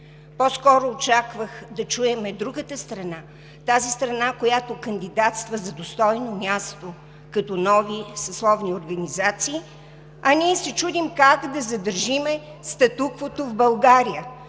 по-скоро да чуем другата страна – тази страна, която кандидатства за достойно място, като нови съсловни организации, а ние се чудим как да задържим статуквото в България.